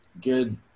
good